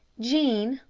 jean,